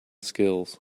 skills